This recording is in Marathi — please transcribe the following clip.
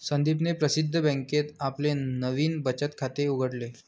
संदीपने प्रसिद्ध बँकेत आपले नवीन बचत खाते उघडले